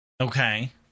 Okay